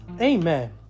Amen